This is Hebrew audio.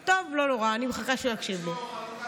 טוב, לא נורא, אני מחכה שהוא יקשיב לי.